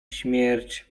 śmierć